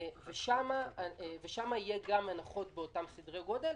שם יהיו גם הנחות באותם סדרי גודל.